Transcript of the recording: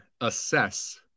assess